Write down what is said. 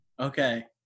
Okay